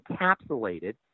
encapsulated